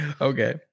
okay